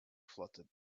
fluttered